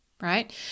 right